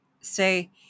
Say